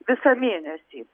visą mėnesį